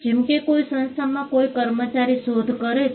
જેમ કે કોઈ સંસ્થામાં કોઈ કર્મચારી શોધ કરે છે